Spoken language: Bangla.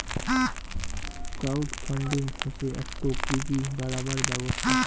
ক্রউড ফান্ডিং হসে একটো পুঁজি বাড়াবার ব্যবস্থা